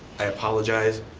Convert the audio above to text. i apologize.